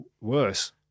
worse